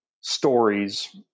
stories